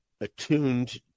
attuned